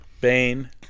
Bane